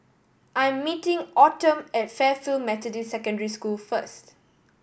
I am meeting Autumn at Fairfield Methodist Secondary School first